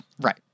right